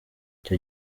icyo